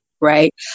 right